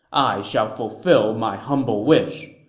i shall fulfill my humble wish.